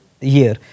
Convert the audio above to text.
year